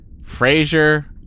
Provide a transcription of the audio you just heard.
Frasier